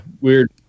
weird